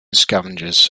scavengers